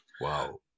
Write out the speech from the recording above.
Wow